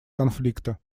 конфликта